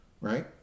Right